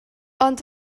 ond